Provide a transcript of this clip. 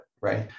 right